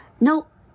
Nope